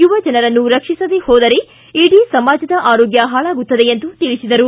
ಯುವಜನರನ್ನು ರಕ್ಷಿಸದೆ ಹೋದರೆ ಇಡೀ ಸಮಾಜದ ಆರೋಗ್ಯ ಹಾಳಾಗುತ್ತದೆ ಎಂದು ತಿಳಿಸಿದರು